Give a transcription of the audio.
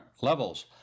levels